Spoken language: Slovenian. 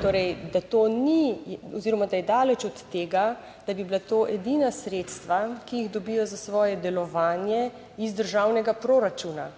torej, da to ni oziroma da je daleč od tega, da bi bila to edina sredstva, ki jih dobijo za svoje delovanje iz državnega proračuna.